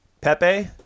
pepe